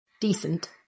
Decent